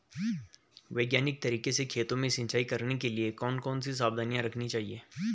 वैज्ञानिक तरीके से खेतों में सिंचाई करने के लिए कौन कौन सी सावधानी रखनी चाहिए?